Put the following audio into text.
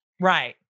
Right